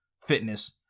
fitness